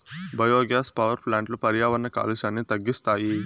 biogas power ప్లాంట్లు పర్యావరణ కాలుష్యాన్ని తగ్గిస్తాయి